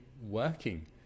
working